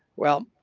well,